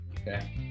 Okay